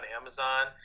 Amazon